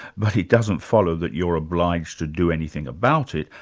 but it doesn't follow that you're obliged to do anything about it,